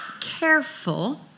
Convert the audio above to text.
careful